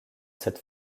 cette